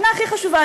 השנה הכי חשובה.